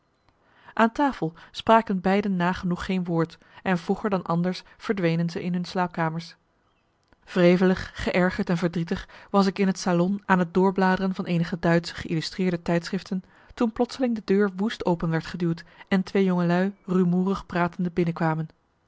aan tafel spraken beiden nagenoeg geen woord en vroeger dan anders verdwenen ze in hun slaapkamers wrevelig geërgerd en verdrietig was ik in het salon aan het doorbladeren van eenige duitsche geëllustreerde tijdschriften toen plotseling de deur woest open werd geduwd en twee jongelui rumoerig pratende binnenkwamen